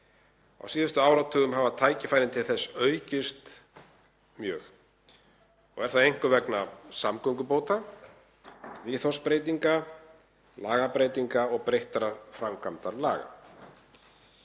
Á síðustu áratugum hafa tækifærin til þess aukist mjög og er það einkum vegna samgöngubóta, viðhorfsbreytinga, lagabreytinga og breyttrar framkvæmdar laga.